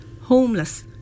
homeless